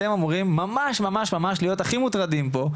אתם אמורים ממש להיות הכי מוטרדים פה,